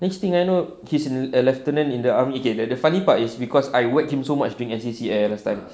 next thing I know he's a a lieutenant in the army K the the funny part is cause I whacked him so much during N_C_C last time